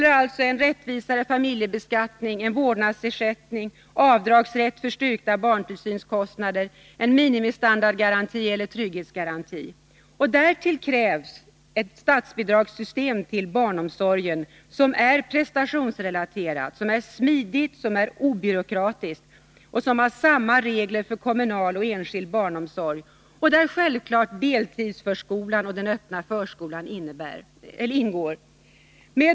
Det handlar om en rättvisare familjebeskattning, om en vårdnadsersättning, om avdragsrätt för styrkta barntillsynskostnader och om en minimistandardgaranti, eller trygghetsgaranti. Därtill krävs ett statsbidragssystem när det gäller barnomsorgen som är prestationsrelaterat, smidigt och obyråkratiskt och som har samma regler för både kommunal och enskild barnomsorg. Självfallet skall deltidsförskolan och den öppna förskolan också ingå i detta system.